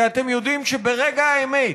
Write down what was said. כי אתם יודעים שברגע האמת,